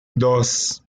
dos